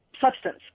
substance